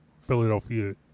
Philadelphia